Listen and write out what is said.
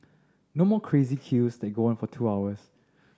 no more crazy queues that go on for two hours